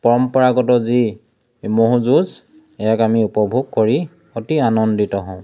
পৰম্পৰাগত যি ম'হ যুঁজ ইয়াক আমি উপভোগ কৰি অতি আনন্দিত হওঁ